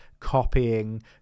copying